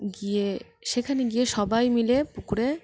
গিয়ে সেখানে গিয়ে সবাই মিলে পুকুরে